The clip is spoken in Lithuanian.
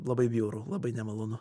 labai bjauru labai nemalonu